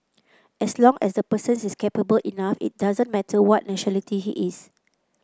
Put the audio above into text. as long as the person is capable enough it doesn't matter what nationality he is